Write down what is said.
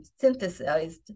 synthesized